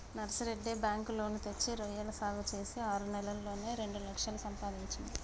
Narsireddy bank loan తెచ్చి రొయ్యల సాగు చేసి ఆరు నెలల్లోనే రెండు లక్షలు సంపాదించిండు